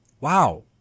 Wow